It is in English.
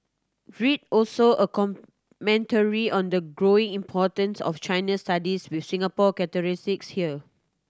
read also a commentary on the growing importance of China studies with Singapore here